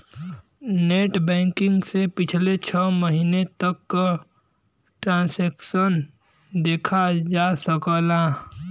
net banking से पिछले छः महीने तक क ट्रांसैक्शन देखा जा सकला